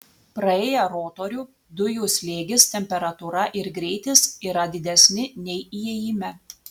praėję rotorių dujų slėgis temperatūra ir greitis yra didesni nei įėjime